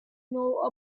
know